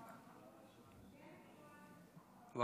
יושבת-ראש ועדת, מירב.